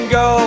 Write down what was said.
go